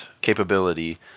capability